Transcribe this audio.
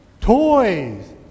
Toys